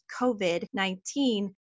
COVID-19